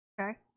okay